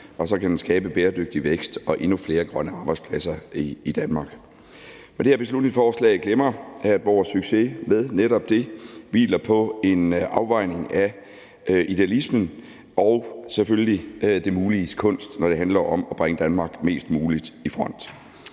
og så kan den skabe bæredygtig vækst og endnu flere grønne arbejdspladser i Danmark. Men det her beslutningsforslag glemmer, at vores succes med netop det hviler på en afvejning af idealisme og selvfølgelig det muliges kunst, når det handler om at bringe Danmark mest muligt i front.